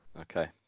Okay